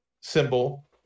symbol